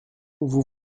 vous